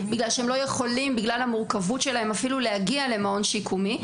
בגלל שבגלל המורכבות שלהם הם אפילו לא יכולים להגיע למעון שיקומי.